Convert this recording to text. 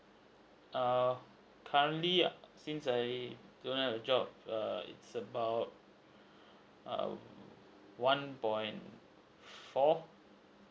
err currently since I don't have a job err it's about err one point four